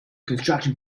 construction